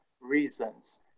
reasons